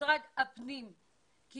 שתהיה החלטה אנחנו